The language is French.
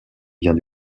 vient